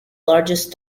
largest